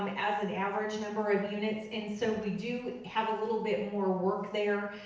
um as an average number of units, and so we do have a little bit more work there,